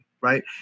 right